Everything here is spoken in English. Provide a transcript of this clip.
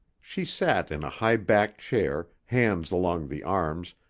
she sat in a high-backed chair, hands along the arms,